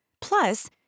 Plus